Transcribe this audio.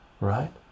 right